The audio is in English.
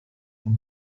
and